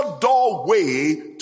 doorway